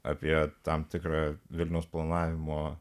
apie tam tikrą vilniaus planavimo